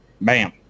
bam